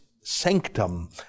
sanctum